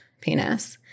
penis